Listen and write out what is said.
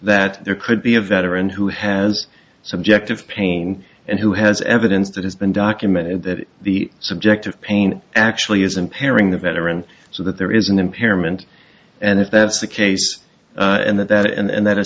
that there could be a veteran who has subjective pain and who has evidence that has been documented that the subjective pain actually is impairing the veteran so that there is an impairment and if that's the case and that that and th